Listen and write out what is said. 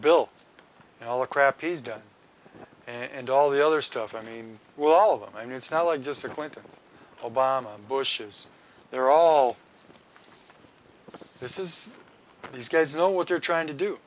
done and all the other stuff i mean well all of them i mean it's not like just the clinton obama bush is they're all this is these guys know what they're trying to do